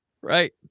Right